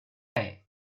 hey